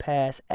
Pass